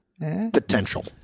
potential